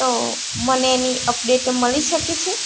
તો મને એની અપડેટ મળી શકે છે